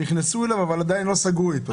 נכנסו אליו אבל עדיין לא סגרו אתו.